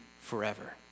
forever